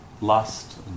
lust